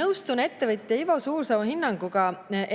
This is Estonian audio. Nõustun ettevõtja Ivo Suursoo hinnanguga,